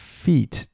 feet